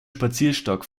spazierstock